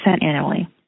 annually